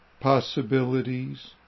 possibilities